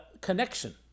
connection